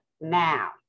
Now